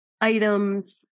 items